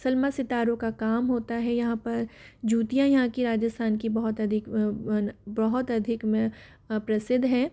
सलमा सितारों का काम होता है यहाँ पर जूतियाँ यहाँ की राजस्थान की बहुत अधिक बहुत अधिक प्रसिद्ध हैं